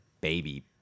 baby